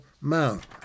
Mount